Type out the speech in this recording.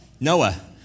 Noah